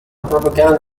propaganda